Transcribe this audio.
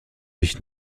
mich